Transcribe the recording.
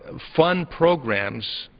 ah fund programs,